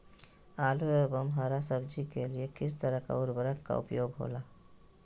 आलू एवं हरा सब्जी के लिए किस तरह का उर्वरक का उपयोग होला?